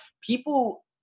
people